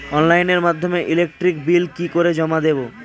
অনলাইনের মাধ্যমে electric bill কি করে জমা দেবো?